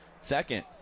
Second